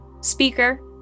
speaker